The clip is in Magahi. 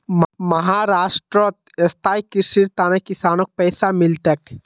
महाराष्ट्रत स्थायी कृषिर त न किसानक पैसा मिल तेक